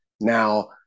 now